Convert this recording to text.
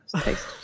taste